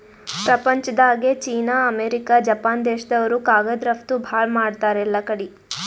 ಪ್ರಪಂಚ್ದಾಗೆ China, America, Japan ದೇಶ್ದವ್ರು ಕಾಗದ್ ರಫ್ತು ಭಾಳ್ ಮಾಡ್ತಾರ್ ಎಲ್ಲಾಕಡಿ